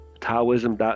Taoism